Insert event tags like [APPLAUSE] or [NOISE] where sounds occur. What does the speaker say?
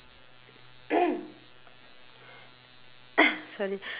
[COUGHS]